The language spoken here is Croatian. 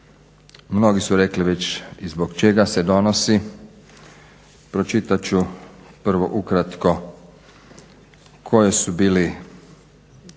Mnogi su rekli već i zbog čega se donosi, pročitat ću prvo ukratko koje su bili